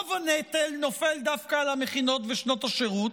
רוב הנטל נופל דווקא על המכינות ושנות השירות.